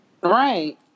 Right